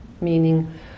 meaning